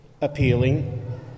appealing